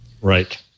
Right